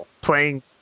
playing